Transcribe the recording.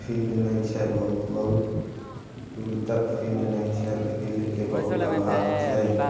field नहि छै बहुत बहुत दूर तक फिल्ड नहि छै फिल्डके बहुत अभाव छै